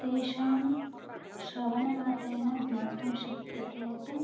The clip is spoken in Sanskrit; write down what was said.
तेषां श्रवणमात्रेण ज्ञातुं शक्यते यत्